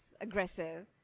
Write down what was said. aggressive